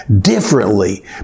differently